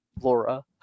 Laura